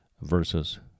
Versus